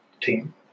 team